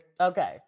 Okay